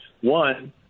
One